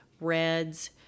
reds